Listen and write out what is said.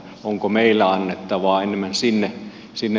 onko meillä annettavaa enemmän sinne